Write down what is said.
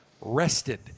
rested